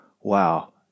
wow